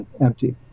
empty